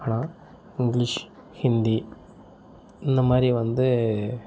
ஆனால் இங்கிலீஷ் ஹிந்தி இந்த மாதிரி வந்து